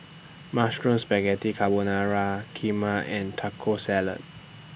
Mushroom Spaghetti Carbonara Kheema and Taco Salad